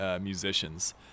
musicians